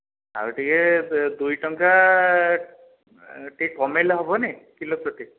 ଆଉ ଟିକିଏ ଦୁଇ ଟଙ୍କା ଟିକିଏ କମାଇଲେ ହେବନି କିଲୋ ପ୍ରତି